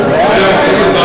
לא צריך אי-אמון.